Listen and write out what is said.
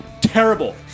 terrible